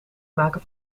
maken